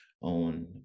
on